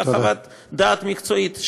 אלא חוות דעת מקצועית,